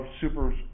super